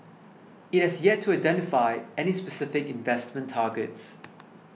it has yet to identify any specific investment targets